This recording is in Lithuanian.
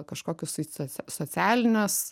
kažkokius tai socia socialines